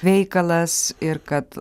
veikalas ir kad